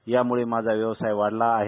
यामूळे माझा व्यवसाय वाढला आहे